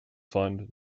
fund